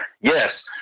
yes